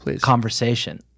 conversation